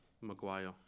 Maguire